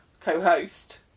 co-host